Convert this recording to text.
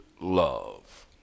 love